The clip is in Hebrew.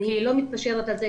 אני לא מתפשרת על זה.